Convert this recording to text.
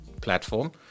platform